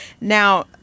Now